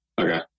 Okay